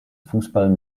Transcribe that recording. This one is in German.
fußball